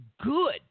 good